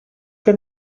que